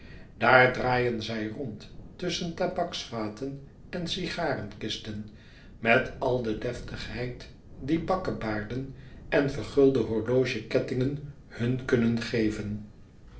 daar draaien zij rond tusschen tabaksvaten en sigarenkisten met al de deftigheid die bakkebaarden en vergulde horlogekettingen hun kunnen geven